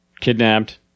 kidnapped